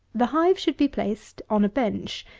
the hive should be placed on a bench,